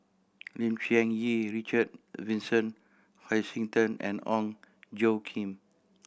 Lim Cherng Yih Richard Vincent Hoisington and Ong Tjoe Kim